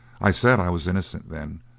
i said i was innocent, then,